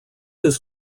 his